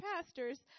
pastors